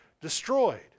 destroyed